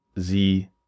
sie